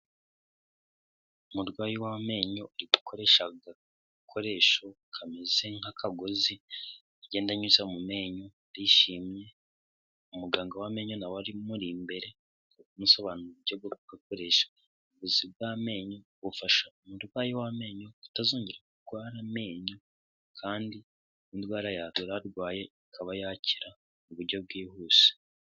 Umurwayi w'amenyo uri gukoresha agakoresho kameze nk'akagozi, agenda anyuza mu menyo arishimye, umuganga w'amenyo na we amuri imbere ari kumusobanurira uburyo bwo kugakoresha. Ubuvuzi bw'amenyo bufasha umurwayi w'amenyo kutazongera kurwara amenyo kandi indwara yari arwaye ikaba yakira mu buryo bwihuse.